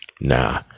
Nah